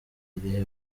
irihe